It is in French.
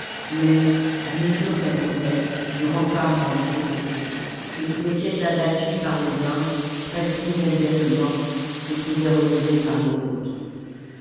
mais à mesure qu'elle montait le rempart grandissait aussi ce qui était abattu par les uns presque immédiatement se trouvait relevé par les autres